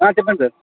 చెప్పండి సార్